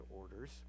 orders